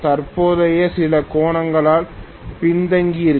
தற்போதைய சில கோணங்களால் பின்தங்கியிருக்கும்